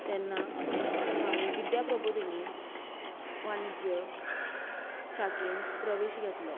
तेन्ना हांवें विद्या प्रबोधिनी वाणिज्य शाखेंत प्रवेश घेतलो